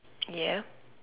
ya